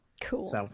Cool